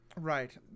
Right